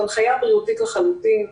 זאת הנחיה בריאותית לחלוטין,